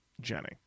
Jenny